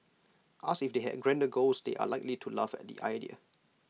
asked if they had grander goals they are likely to laugh at the idea